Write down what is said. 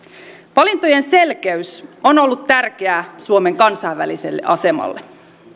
valintojen selkeys on ollut tärkeää suomen kansainväliselle asemalle